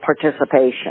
participation